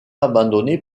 abandonnée